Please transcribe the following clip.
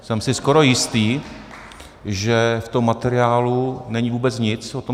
Jsem si skoro jistý, že v tom materiálu není vůbec nic o to.